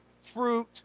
fruit